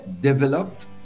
developed